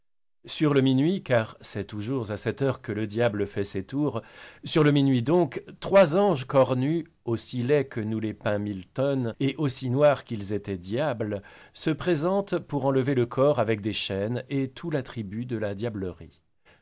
sur le minuit car c'est toujours à cette heure que le diable fait ses tours sur le minuit donc trois anges cornus aussi laids que nous les peint milton et aussi noirs qu'ils étaient diables se présentent pour enlever le corps avec des chaînes et tout l'attribut de la diablerie